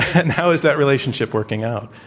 and how is that relationship working out?